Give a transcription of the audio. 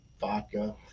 vodka